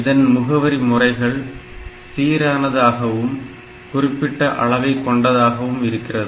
இதன் முகவரி முறைகள் சீரானதாகவும் குறிப்பிட்ட அளவை கொண்டதாகவும் இருக்கிறது